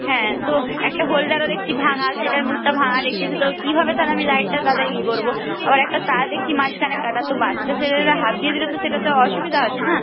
হ্যাঁ তো একটা হোল্ডারও দেখছি ভাঙা সেটার মুখটা ভাঙা দেখছি সে তো কীভাবে তাহলে আমি লাইটটা দাদা ইয়ে করব আবার একটা তার দেখছি মাঝখানে কাটা তো বাচ্চা ছেলেরা হাত দিয়ে দিলে তো সেটা তো অসুবিধা আছে না